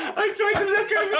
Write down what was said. i tried to look